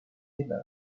weber